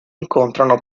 incontrano